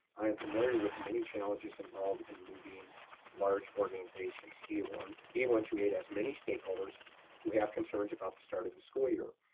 i am familiar with many challenges involved in moving large organizations. d one d one two eight has many stakeholders who have concerns about the start of the school year,